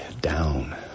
down